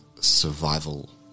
survival